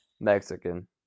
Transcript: Mexican